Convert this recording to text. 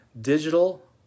digital